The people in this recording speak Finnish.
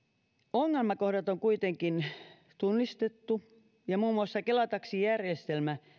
ongelmakohdat on kuitenkin tunnistettu ja muun muassa kela taksijärjestelmä